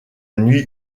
nuit